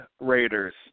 Raiders